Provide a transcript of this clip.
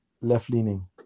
left-leaning